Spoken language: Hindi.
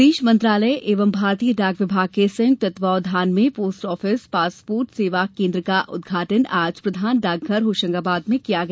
विदेश मंत्रालय एवं भारतीय डाक विभाग के संयुक्त तत्वाधान में पोस्ट ऑफिंस पासपोर्ट सेवा केन्द्र का उदघाटन आज प्रधान डाकघर होशंगाबाद में किया गया